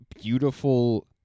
beautiful